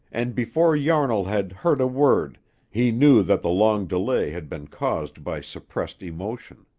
and before yarnall had heard a word he knew that the long delay had been caused by suppressed emotion.